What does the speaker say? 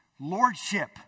Lordship